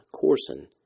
Corson